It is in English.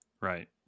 Right